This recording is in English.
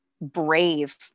brave